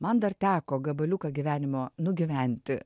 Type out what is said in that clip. man dar teko gabaliuką gyvenimo nugyventi